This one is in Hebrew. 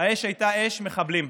האש הייתה אש מחבלים.